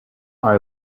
are